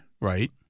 Right